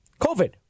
COVID